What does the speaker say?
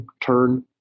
turn